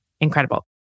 Incredible